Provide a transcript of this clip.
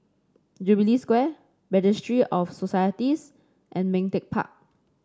Jubilee Square Registry of Societies and Ming Teck Park